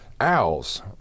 owls